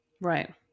Right